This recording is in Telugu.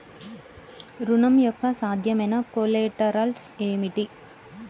ఋణం యొక్క సాధ్యమైన కొలేటరల్స్ ఏమిటి?